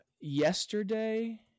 yesterday